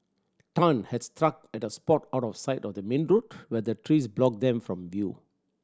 Tan had struck at a spot out of sight of the main road where the trees blocked them from view